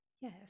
Yes